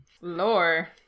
Lore